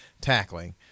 tackling